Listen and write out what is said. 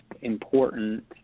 important